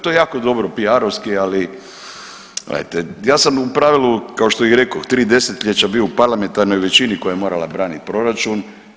To je jako dobro PR-ovski, ali gledajte ja sam u pravilu kao što i rekoh tri desetljeća bio u parlamentarnoj većini koja je morala braniti proračun.